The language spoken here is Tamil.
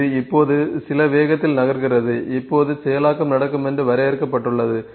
இது இப்போது சில வேகத்தில் நகர்கிறது இப்போது செயலாக்கம் நடக்கும் என்று வரையறுக்கப்பட்டுள்ளது